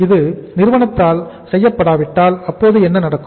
இது நிறுவனத்தால் செய்யப்படாவிட்டால் அப்போது என்ன நடக்கும்